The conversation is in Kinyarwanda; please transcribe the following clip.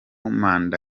manda